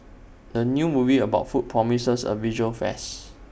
the new movie about food promises A visual feast